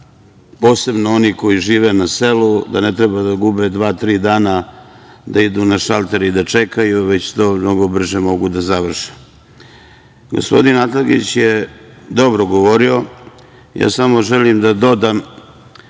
posebno oni koji žive na selu ne treba da gube dva, tri dana da idu na šalter i da čekaju, već to mnog brže mogu da završe. Gospodin Atlagić je dobro govorio. Ja samo želim da dodam